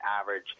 average